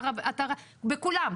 בכולם,